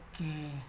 Okay